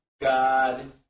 God